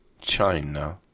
China